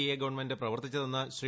A government പ്രവർത്തിച്ചതെന്ന് ശ്രീ